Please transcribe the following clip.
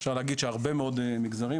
אפשר להגיד שהרבה מאוד נגזרים.